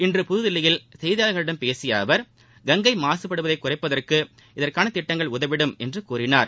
இன்று புதுதில்லியில் செய்தியாளர்களிடம் பேசிய அவர் கங்கை மாசுபடுவதை குறைப்பதற்கு இதற்கான திட்டங்கள் உதவிடும் என்றார்